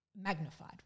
magnified